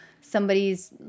somebody's